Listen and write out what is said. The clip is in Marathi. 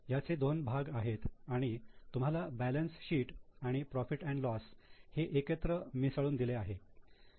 याचे दोन भाग आहेत आणि तुम्हाला बॅलन्स शीट आणि profit and loss profit loss हे एकत्र मिसळून दिले आहे